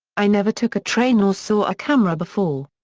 i never took a train or saw a camera before.